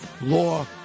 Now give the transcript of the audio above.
law